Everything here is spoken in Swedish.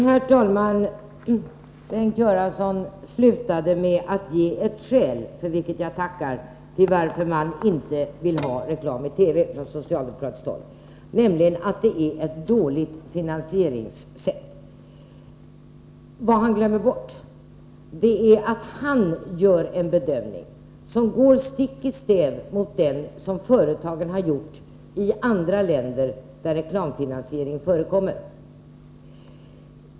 Herr talman! Bengt Göransson slutade med att ge ett skäl, för vilket jag tackar, till att man på socialdemokratiskt håll inte vill ha reklam i TV, nämligen att det är ett dåligt finansieringssätt. Vad han glömmer bort är att han gör en bedömning som går stick i stäv mot den som företagen har gjort i andra länder där reklamfinansiering förekommer.